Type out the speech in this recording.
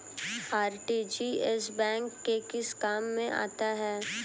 RTGS bank के किस काम में आता है?